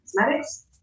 cosmetics